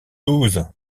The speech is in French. douze